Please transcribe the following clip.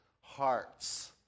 hearts